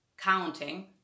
counting